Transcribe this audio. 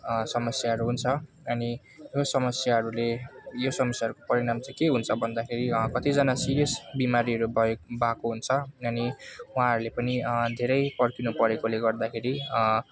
समस्याहरू हुन्छ अनि यो समस्याहरूले यो समस्याहरूको परिणाम चाहिँ के हुन्छ भन्दाखेरि कतिजना सिरियस बिमारीहरू भए भएको हुन्छ अनि उहाँहरूले पनि धेरै पर्खिनु परेकोले गर्दाखेरि